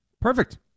Perfect